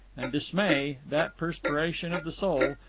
and dismay, that perspiration of the soul,